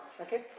Okay